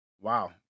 Wow